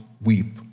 weep